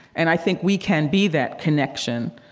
and i think we can be that connection.